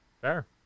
fair